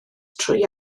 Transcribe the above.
trwy